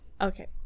Okay